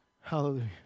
Hallelujah